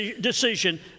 decision